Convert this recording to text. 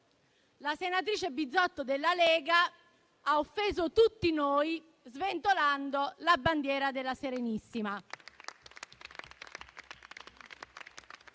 la senatrice Bizzotto della Lega ha offeso tutti noi sventolando la bandiera della Serenissima.